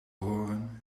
horen